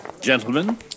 Gentlemen